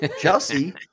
Chelsea